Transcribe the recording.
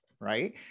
right